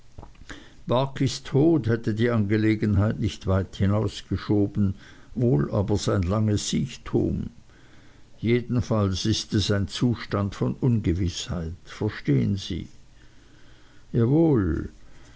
tod hätte die angelegenheit nicht weit hinausgeschoben wohl aber sein langes siechtum jedenfalls ist es ein zustand von ungewißheit verstehen sie jawohl